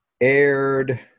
aired